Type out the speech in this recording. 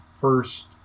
first